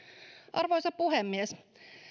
arvoisa puhemies